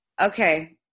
Okay